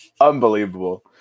Unbelievable